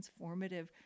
transformative